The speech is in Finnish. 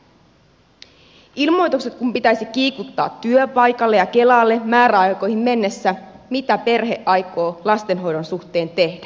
työpaikalle ja kelalle kun pitäisi kiikuttaa määräaikoihin mennessä ilmoitukset mitä perhe aikoo lastenhoidon suhteen tehdä